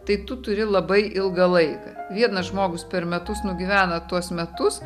tai tu turi labai ilgą laiką vienas žmogus per metus nugyvena tuos metus